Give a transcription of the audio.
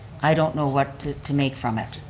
i don't know what to to make from it.